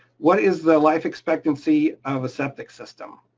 what is the life expectancy of a septic system?